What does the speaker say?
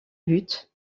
but